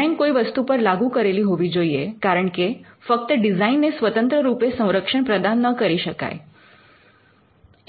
design કોઈ વસ્તુ પર લાગુ કરેલી હોવી જોઈએ કારણ કે ફક્ત ડિઝાઇનને સ્વતંત્ર રૂપે સંરક્ષણ પ્રદાન ન કરી શકાય